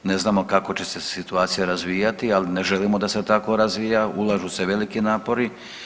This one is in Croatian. Ne znamo kako će se situacija razvijati, ali ne želimo da se tako razvija, ulažu se veliki napori.